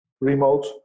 remote